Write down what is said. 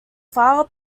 file